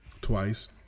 twice